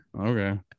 Okay